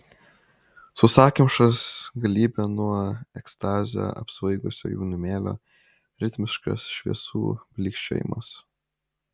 sausakimšas galybė nuo ekstazio apsvaigusio jaunimėlio ritmiškas šviesų blykčiojimas